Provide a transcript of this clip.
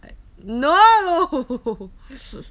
no